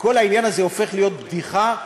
וכל העניין הזה הופך להיות בדיחה.